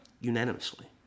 unanimously